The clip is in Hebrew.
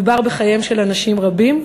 מדובר בחייהם של אנשים רבים,